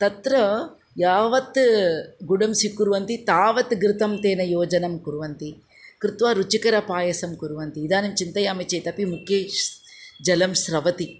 तत्र यावत् गुडं स्वीकुर्वन्ति तावत् घृतं तेन योजनां कुर्वन्ति कृत्वा रुचिकरपायसं कुर्वन्ति इदानीं चिन्तयामि चेत् अपि मुखेषु जलं स्रवति